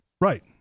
Right